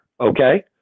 Okay